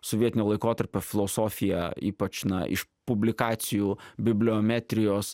sovietinio laikotarpio filosofiją ypač na iš publikacijų bibliometrijos